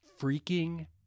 freaking